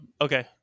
Okay